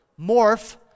morph